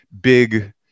big